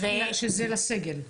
שזה לסגל?